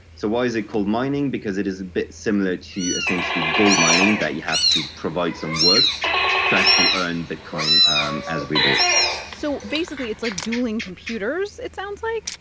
so why is it called mining? because it is a bit similar to essentially gold mining, that you have to provide some work to actually earn bitcoin um as rewards so basically, it's like dueling computers, it sounds like?